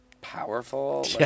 powerful